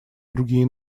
другие